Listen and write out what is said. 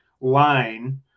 line